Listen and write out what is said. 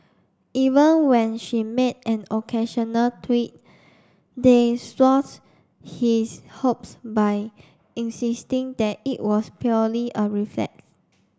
even when she made an occasional they his hopes by insisting that it was purely a reflex